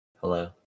Hello